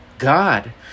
god